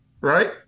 Right